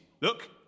Look